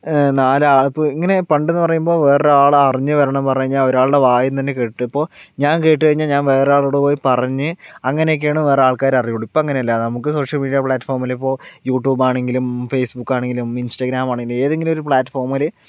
നാലാളെ ഇപ്പോൾ ഇങ്ങനെ പണ്ട്ന്ന് പറയുമ്പോൾ വേറൊരാള് അറിഞ്ഞു വരണം പറഞ്ഞാൽ ഒരാളുടെ വായിന്നന്നേ കേട്ട് ഇപ്പോൾ ഞാൻ കേട്ട് കഴിഞ്ഞ് ഞാൻ വേറൊരാളോട് പോയി പറഞ്ഞു അങ്ങനെയൊക്കെയാണ് വേറെ ആൾക്കാർ അറിയുള്ളൂ ഇപ്പോൾ അങ്ങനെയല്ല നമുക്ക് സോഷ്യൽ മീഡിയ പ്ലാറ്റ്ഫോമിൽ ഇപ്പോൾ യൂട്യൂബ് ആണെങ്കിലും ഫേസ്ബുക്ക് ആണെങ്കിലും ഇൻസ്റ്റാഗ്രാം ആണെങ്കിലും ഏതെങ്കിലോരു പ്ലാറ്റ്ഫോമിൽ